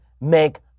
make